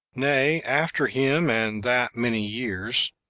nay, after him, and that many years,